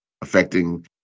affecting